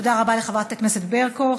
תודה רבה לחברת הכנסת ברקו.